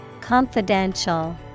Confidential